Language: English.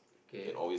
okay